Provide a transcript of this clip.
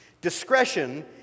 Discretion